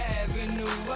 avenue